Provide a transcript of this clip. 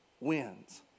wins